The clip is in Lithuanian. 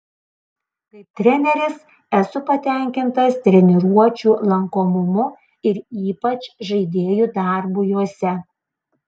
kaip treneris esu patenkintas treniruočių lankomumu ir ypač žaidėjų darbu jose